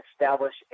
establish